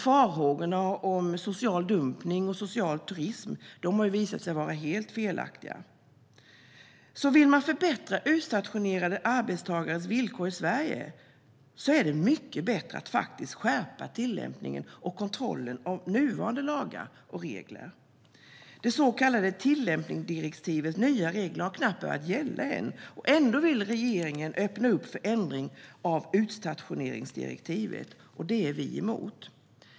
Farhågorna om social dumpning och social turism har ju också visat sig vara helt felaktiga. Vill man förbättra utstationerade arbetstagares villkor i Sverige är det alltså mycket bättre att faktiskt skärpa tillämpningen och kontrollen av nuvarande lagar och regler. Det så kallade tillämpningsdirektivets nya regler har knappt börjat gälla än, och ändå vill regeringen öppna upp för ändring av utstationeringsdirektivet. Det är vi emot.